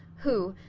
who,